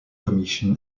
commission